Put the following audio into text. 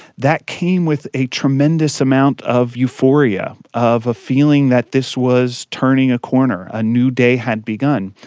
that came with a tremendous amount of euphoria, of a feeling that this was turning a corner, a new day had begun.